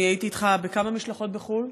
אני הייתי איתך בכמה משלחות בחו"ל,